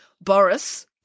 Boris